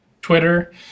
Twitter